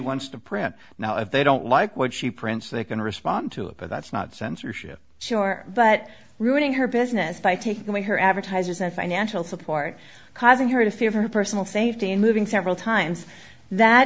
wants to print now if they don't like what she prints they can respond to it but that's not censorship sure but ruining her business by taking away her advertisers and financial support causing her to fear her personal safety and moving several times that